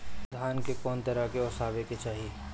धान के कउन तरह से ओसावे के चाही?